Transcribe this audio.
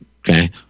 Okay